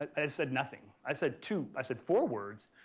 i said nothing. i said two, i said four words,